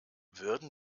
würden